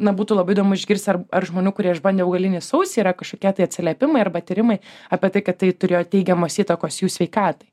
na būtų labai įdomu išgirsti ar ar žmonių kurie išbandė augalinį sausį yra kažkokie tai atsiliepimai arba tyrimai apie tai kad tai turėjo teigiamos įtakos jų sveikatai